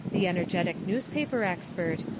the energetic newspaper expert,